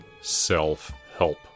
self-help